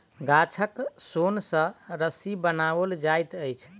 गाछक सोन सॅ रस्सी बनाओल जाइत अछि